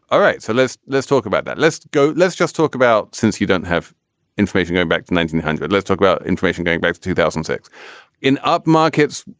all right. so let's let's talk about that. let's go. let's just talk about since you don't have inflation going back to nineteen hundred. let's talk about inflation going back to two thousand and six in up markets.